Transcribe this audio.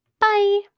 bye